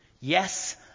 Yes